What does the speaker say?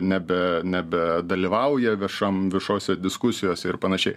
nebe nebedalyvauja viešam viešose diskusijose ir panašiai